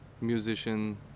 musician